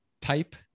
type